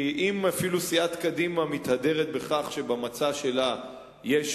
אם אפילו סיעת קדימה מתהדרת בכך שבמצע שלה יש